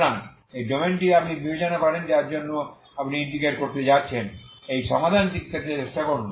সুতরাং এই ডোমেনটি আপনি বিবেচনা করেন যার জন্য আপনি ইন্টিগ্রেট করতে যাচ্ছেন এই সমাধানটি পেতে চেষ্টা করুন